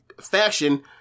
fashion